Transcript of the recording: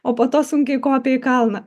o po to sunkiai kopia į kalną